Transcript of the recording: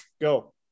go